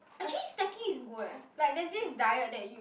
actually snacking is good eh like there's this diet that you